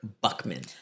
Buckman